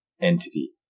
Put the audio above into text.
entity